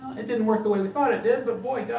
it didn't work the way we thought it did, but boy,